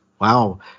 wow